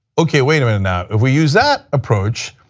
okay, wait a minute now, if we use that approach,